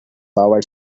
power